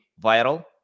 viral